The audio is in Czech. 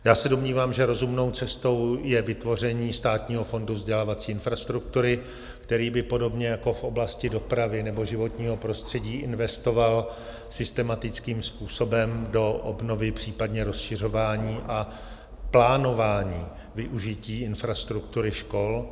Já se domnívám, že rozumnou cestou je vytvoření Státního fondu vzdělávací infrastruktury, který by podobně jako v oblasti dopravy nebo životního prostředí investoval systematickým způsobem do obnovy, případně rozšiřování a plánování využití infrastruktury škol.